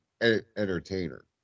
entertainer